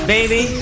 Baby